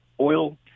oil